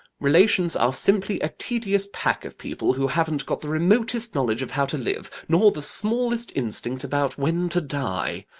relations are simply a tedious pack of people, who haven't got the remotest knowledge of how to live, nor the smallest instinct about when to die.